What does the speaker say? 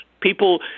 People